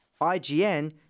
IGN